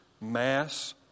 mass